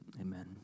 amen